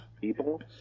people